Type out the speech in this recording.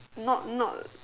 not not